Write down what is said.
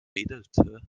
wedelte